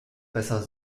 besser